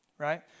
right